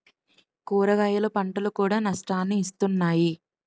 కూరగాయల పంటలు కూడా నష్టాన్ని ఇస్తున్నాయి